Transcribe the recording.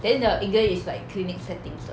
then the england is like clinic setting 的